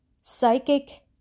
psychic